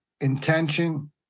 intention